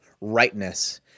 rightness